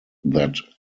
that